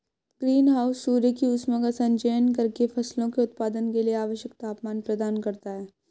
green house सूर्य की ऊष्मा का संचयन करके फसलों के उत्पादन के लिए आवश्यक तापमान प्रदान करता है